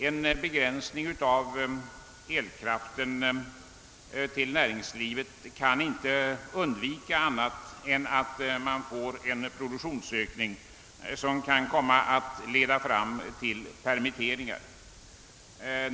En begränsning av elkraften till näringslivet kan inte undgå att åstadkomma en produktionsminskning, som kan komma att leda till permitteringar.